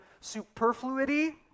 superfluity